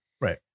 Right